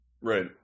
Right